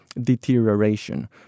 deterioration